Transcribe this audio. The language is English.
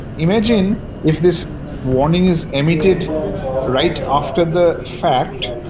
imagine if this warning is emitted right after the fact,